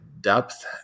depth